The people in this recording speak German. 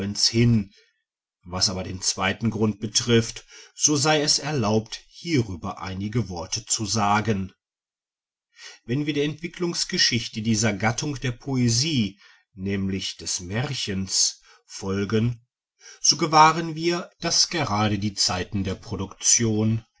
was aber den zweiten grund betrifft so sei es erlaubt hierüber einige worte zu sagen wenn wir der entwicklungsgeschichte dieser gattung der poesie nämlich des märchens folgen so gewahren wir daß gerade die zeiten der produktion